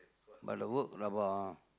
but the work rabak ah